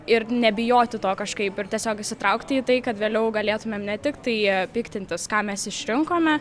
ir nebijoti to kažkaip ir tiesiog įsitraukti į tai kad vėliau galėtumėm ne tiktai piktintis ką mes išrinkome